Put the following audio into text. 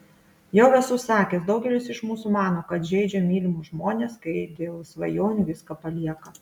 jau esu sakęs daugelis iš mūsų mano kad žeidžia mylimus žmones kai dėl svajonių viską palieka